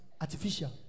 Artificial